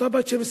אותה בת שמסרבת,